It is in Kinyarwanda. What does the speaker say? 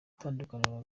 tandukaniro